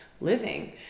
living